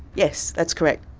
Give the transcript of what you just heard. yes that's correct.